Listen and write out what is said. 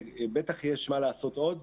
בטח יש מה לעשות עוד.